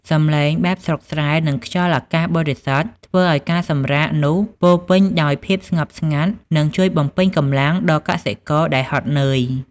សម្លេងបែបស្រុកស្រែ និងខ្យល់អាកាសបរិសុទ្ធធ្វើឱ្យការសម្រាកនោះពោរពេញដោយភាពស្ងប់ស្ងាត់ និងជួយបំពេញកម្លាំងដល់កសិករដែលហត់នឿយ។